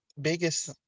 biggest